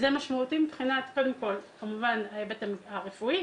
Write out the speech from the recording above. זה משמעותי מבחינת ההיבט הרפואי